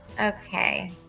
Okay